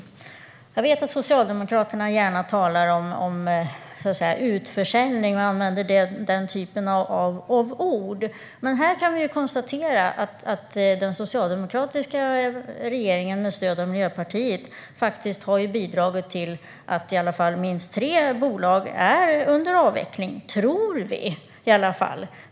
Jag vet att Socialdemokraterna gärna talar om "utförsäljning" och använder den typen av ord, men här kan vi ju konstatera att den socialdemokratiska regeringen med stöd av Miljöpartiet faktiskt har bidragit till att minst tre bolag är under avveckling - tror vi i alla fall.